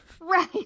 Right